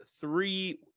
three